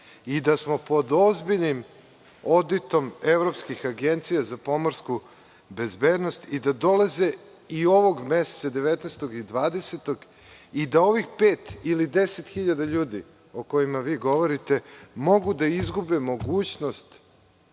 i da smo pod ozbiljnim oditom evropskih agencija za pomorsku bezbednost i da dolaze i ovog meseca, 19. i 20. i da ovih pet ili 10 hiljada ljudi o kojima vi govorite mogu da izgube mogućnost